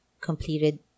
completed